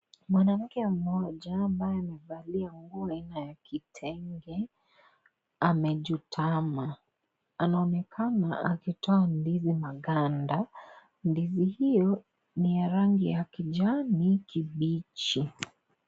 Mwanamke mmoja ambaye amevalia nguo aina ya kitenge, amechutama. Anaonekana akitoa ndizi maganda. Ndizi hiyo, ni ya rangi ya kijani kibichi.